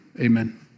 amen